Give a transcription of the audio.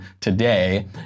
today